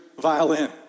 violin